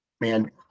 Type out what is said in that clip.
man